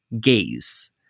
gaze